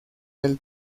del